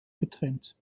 getrennt